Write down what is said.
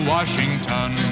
Washington